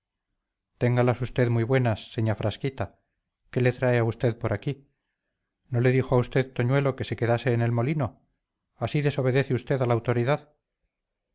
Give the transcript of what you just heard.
téngalas usted muy buenas señá frasquita qué le trae a usted por aquí no le dijo a usted toñuelo que se quedase en el molino así desobedece usted a la autoridad